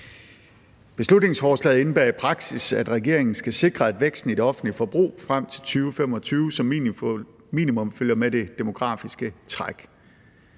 Beslutningsforslaget indebærer i praksis, at regeringen skal sikre, at væksten i det offentlige forbrug frem til 2025 som minimum følger med det demografiske træk.